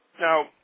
Now